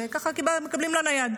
שמקבלים לנייד.